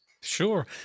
Sure